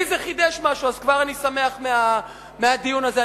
לי זה חידש משהו, אז כבר אני שמח על הדיון הזה.